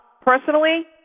personally